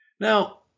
Now